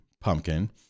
Pumpkin